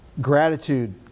Gratitude